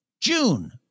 June